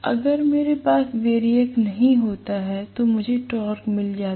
अगर मेरे पास वैरिएक नहीं होता तो मुझे टॉर्क मिल जाता